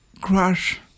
crash